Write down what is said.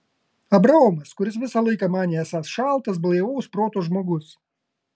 abraomas kuris visą laiką manė esąs šaltas blaivaus proto žmogus